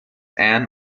ann